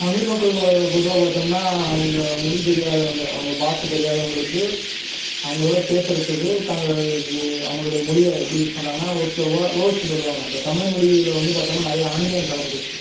தமிழ்மக்கள் பொதுவாக பார்த்தம்னா அவங்க மொழித்தெரியாதவங்க அவங்க பாஷை தெரியாதவங்களுக்கு அவங்களோட பேசுறதுக்கு தங்கள் அவங்களுடைய மொழியை எப்படி யூஸ் பண்ணுறாங்கன்னா ஒரு சில வேர்ட்ஸ் சொல்லுவாங்க இப்போ தமிழ்மொழியில் வந்து பார்த்தம்னா நிறயா ஆங்கிலம் கலந்துடித்து